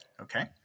Okay